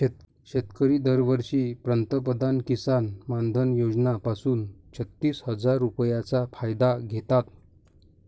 शेतकरी दरवर्षी पंतप्रधान किसन मानधन योजना पासून छत्तीस हजार रुपयांचा फायदा घेतात